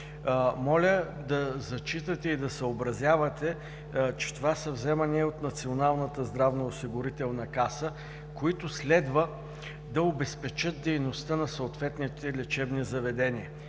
Моля да зачитате и да съобразявате, че това са вземания от Националната здравноосигурителна каса, които следва да обезпечат дейността на съответните лечебни заведения.